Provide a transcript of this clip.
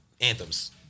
anthems